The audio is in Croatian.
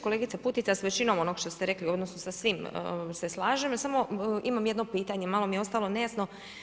Kolegice Putica, s većinom onog što ste rekli odnosno sa svim se slažem, samo imam jedno pitanje malo mi je ostalo nejasno.